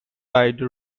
ride